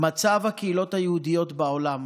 מצב הקהילות היהודיות בעולם.